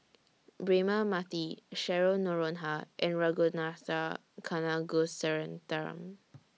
Braema Mathi Cheryl Noronha and Ragunathar Kanagasuntheram